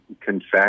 Confess